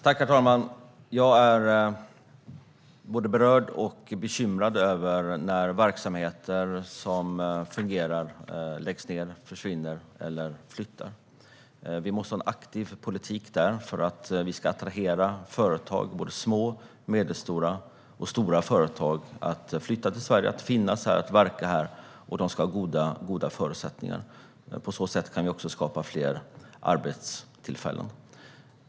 Herr talman! Jag är både berörd av och bekymrad över att verksamheter som fungerar läggs ned och försvinner eller flyttar. Där måste man ha en aktiv politik för att man ska attrahera små, medelstora och stora företag så att de flyttar till Sverige för att verka här. De ska ha goda förutsättningar. På så sätt kan man också skapa fler arbetstillfällen.